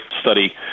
study